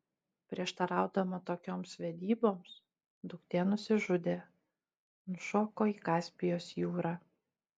prieštaraudama tokioms vedyboms duktė nusižudė nušoko į kaspijos jūrą